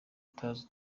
utazi